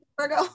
Virgo